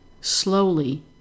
slowly